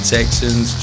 Texans